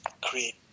create